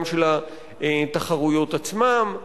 גם של התחרויות עצמן.